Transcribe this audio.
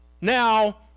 Now